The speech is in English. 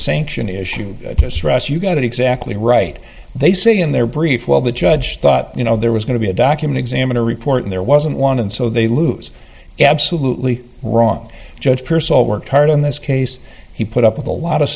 question issue to stress you got it exactly right they say in their brief while the judge thought you know there was going to be a document examiner report and there wasn't one and so they lose absolutely wrong judge pierce all worked hard on this case he put up with a lot of